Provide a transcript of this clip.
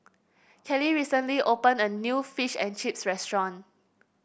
Kelly recently opened a new Fish and Chips restaurant